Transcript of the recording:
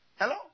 Hello